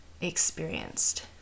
experienced